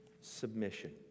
submission